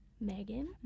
Megan